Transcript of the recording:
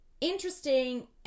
interesting